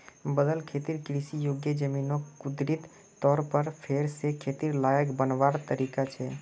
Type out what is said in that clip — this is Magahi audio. बदल खेतिर कृषि योग्य ज़मीनोक कुदरती तौर पर फेर से खेतिर लायक बनवार तरीका छे